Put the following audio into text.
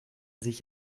sich